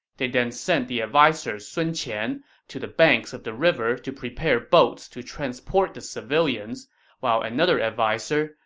they then sent the adviser sun qian to the banks of the river to prepare boats to transport the civilians while another adviser,